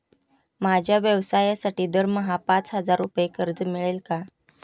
माझ्या व्यवसायासाठी दरमहा पाच हजार रुपये कर्ज मिळेल का?